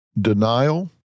Denial